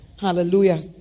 Hallelujah